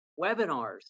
webinars